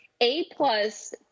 A-plus